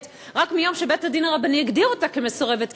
רק מיום שבית-הדין הרבני הגדיר אותה כמסורבת גט,